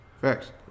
Facts